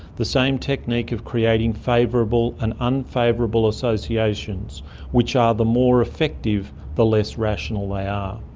the same technique of creating favourable and unfavourable associations which are the more effective the less rational they are,